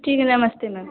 ठीक है नमस्ते मैम